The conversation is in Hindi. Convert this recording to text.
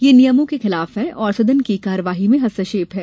यह नियमों के खिलाफ है और सदन की कार्यवाई में हस्तक्षेप है